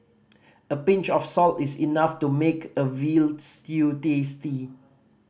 a pinch of salt is enough to make a veal stew tasty